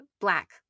black